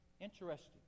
Interesting